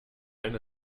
eine